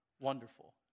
wonderful